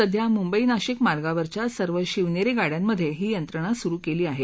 सध्या मुंबई नाशिक मार्गावरच्या सर्व शिवनेरी गाड्यांमधे ही यंत्रणा सुरू केली आहे